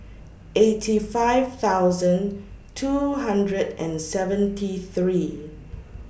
eighty five thousand two hundred and seventy three